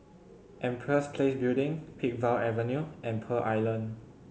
Empress Place Building Peakville Avenue and Pearl Island